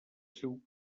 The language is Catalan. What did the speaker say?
seu